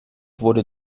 wurde